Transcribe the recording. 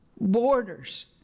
borders